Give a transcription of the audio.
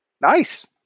Nice